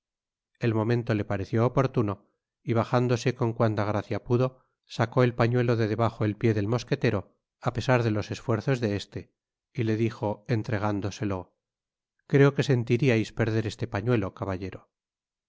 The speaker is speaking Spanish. el momento le pareció oportuno y bajándose con cuanta gracia pudo sacó el pañuelo de debajo el pié del mosquetero apesar de los esfuerzos de este y le dijo entregándoselo creo que sentiríais perder este pañuelo caballero